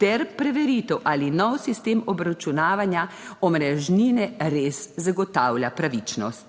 ter preveritev, ali nov sistem obračunavanja omrežnine res zagotavlja pravičnost.